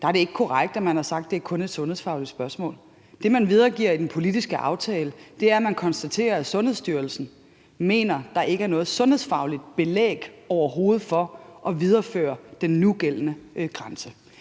er det ikke korrekt, at man har sagt, at det kun er et sundhedsfagligt spørgsmål. Det, man videregiver i den politiske aftale, er, at man konstaterer, at Sundhedsstyrelsen mener, at der overhovedet ikke er noget sundhedsfagligt belæg for at videreføre den nugældende grænse.